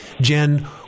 Jen